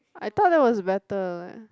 I thought that was better eh